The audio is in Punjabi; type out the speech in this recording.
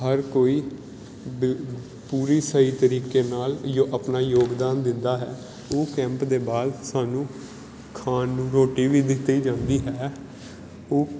ਹਰ ਕੋਈ ਬਿਲ ਪੂਰੀ ਸਹੀ ਤਰੀਕੇ ਨਾਲ ਯੋ ਆਪਣਾ ਯੋਗਦਾਨ ਦਿੰਦਾ ਹੈ ਉਹ ਕੈਂਪ ਦੇ ਬਾਅਦ ਸਾਨੂੰ ਖਾਣ ਨੂੰ ਰੋਟੀ ਵੀ ਦਿੱਤੀ ਜਾਂਦੀ ਹੈ ਉਹ